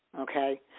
okay